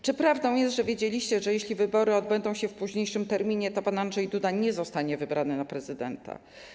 Czy prawdą jest, że wiedzieliście, że jeśli wybory odbędą się w późniejszym terminie, to pan Andrzej Duda nie zostanie wybrany na prezydenta?